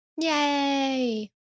Yay